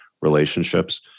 relationships